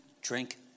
drink